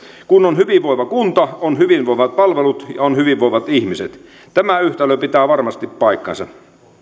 kun on hyvinvoiva kunta on hyvinvoivat palvelut ja hyvinvoivat ihmiset tämä yhtälö pitää varmasti paikkansa